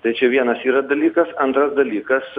tai čia vienas yra dalykas antras dalykas